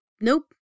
nope